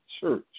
church